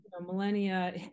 millennia